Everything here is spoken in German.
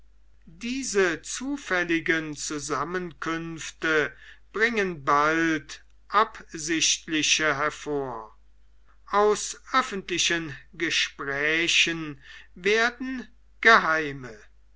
diese zufälligen zusammenkünfte bringen bald absichtliche hervor aus öffentlichen gesprächen werden geheime